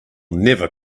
never